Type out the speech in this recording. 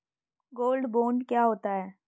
Gold bond क्या होता है?